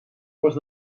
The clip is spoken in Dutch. was